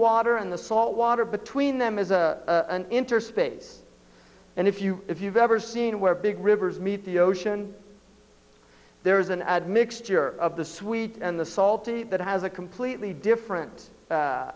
water and the salt water between them is a interspace and if you if you've ever seen where big rivers meet the ocean there is an admixture of the sweet and the salty that has a completely different